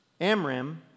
Amram